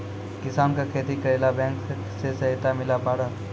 किसान का खेती करेला बैंक से सहायता मिला पारा?